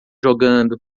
jogando